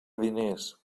diners